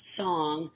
song